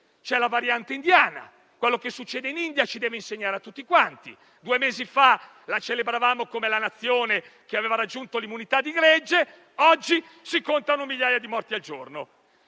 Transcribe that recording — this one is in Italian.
C'è la variante indiana; quello che succede in India deve essere da insegnamento per tutti. Due mesi fa la celebravamo come la Nazione che aveva raggiunto l'immunità di gregge, oggi si contano migliaia di morti al giorno.